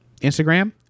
Instagram